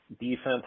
Defense